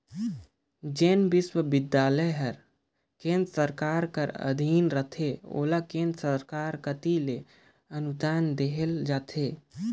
जेन बिस्वबिद्यालय हर केन्द्र सरकार कर अधीन रहथे ओला केन्द्र सरकार कती ले अनुदान देहल जाथे